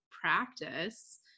practice